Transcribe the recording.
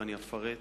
ואני אפרט,